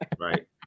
Right